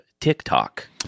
TikTok